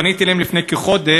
פניתי אליהם לפני כחודש,